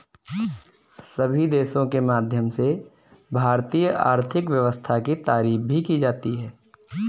सभी देशों के माध्यम से भारतीय आर्थिक व्यवस्था की तारीफ भी की जाती है